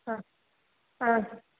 हा हा